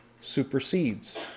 supersedes